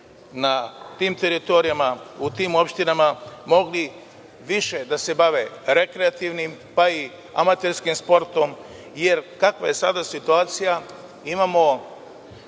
na tim teritorijama, u tim opštinama, mogli više da se bave rekreativnim, pa i amaterskim sportom. Jer, kakva je sada situacija, imamo